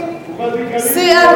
סיעתית.